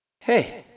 Hey